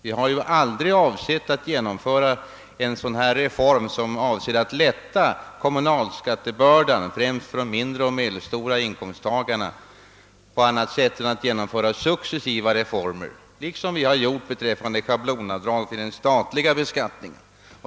Vi har aldrig avsett att genomföra en sådan reform, som är avsedd att lätta kommunalskattebördan främst för mindre och medelstora inkomsttagare, annat än genom successiva åtgärder, liksom vi gjort med schablonavdragen vid den statliga beskattningen.